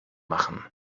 machen